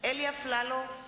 אלי אפללו,